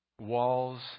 walls